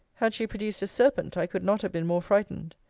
had she produced a serpent, i could not have been more frightened.